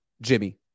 Jimmy